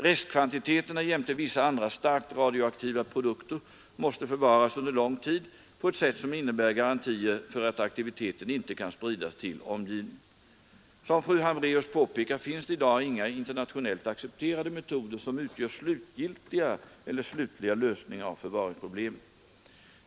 Restkvantiteterna jämte vissa andra starkt radioaktiva produkter måste förvaras under lång tid på ett sätt som innebär garantier för att aktiviteten inte kan spridas till omgivningen. Som fru Hambraeus påpekar finns det i dag inga internationellt accepterade metoder som utgör slutliga lösningar av förvaringsproblemet.